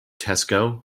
tesco